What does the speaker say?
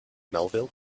melville